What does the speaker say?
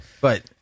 But-